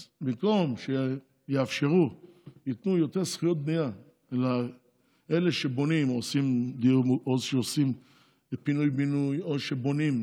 אז במקום שיאפשרו יותר זכויות בנייה לאלו שעושים פינוי-בינוי או שבונים,